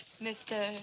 Mr